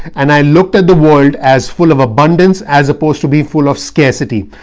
and i looked at the world as full of abundance as opposed to be full of scarcity.